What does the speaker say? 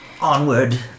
Onward